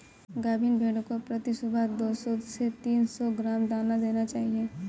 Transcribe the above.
गाभिन भेड़ को प्रति सुबह दो सौ से तीन सौ ग्राम दाना देना चाहिए